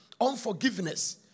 Unforgiveness